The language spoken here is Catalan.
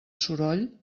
soroll